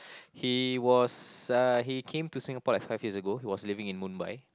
he was uh he came to Singapore like five years ago he was living in Mumbai